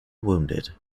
wounded